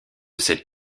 cette